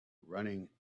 running